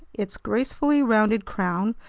its gracefully rounded crown,